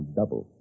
double